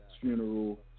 funeral